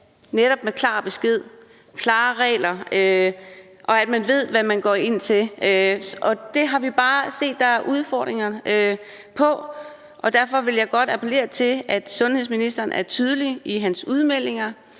netop med klar besked og klare regler, og at man ved, hvad man går ind til. Og det har vi bare set der er udfordringer med, og derfor vil jeg godt appellere til, at sundheds- og ældreministeren er tydelig i sine udmeldinger,